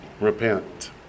Repent